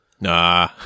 Nah